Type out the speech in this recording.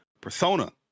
Persona